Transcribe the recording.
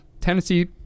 tennessee